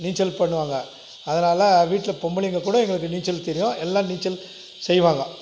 நீச்சல் பண்ணுவாங்க அதனாலே வீட்டில் பொம்பளைங்க கூட எங்களுக்கு நீச்சல் தெரியும் எல்லாம் நீச்சல் செய்வாங்க